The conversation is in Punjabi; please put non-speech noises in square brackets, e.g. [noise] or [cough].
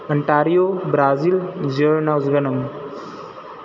Ontario Brazil [unintelligible]